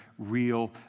Real